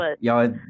y'all